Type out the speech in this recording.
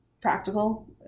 practical